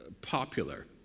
popular